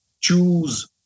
choose